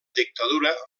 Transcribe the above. dictadura